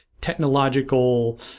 technological